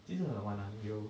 挺好玩呀有:ting hao wan yayou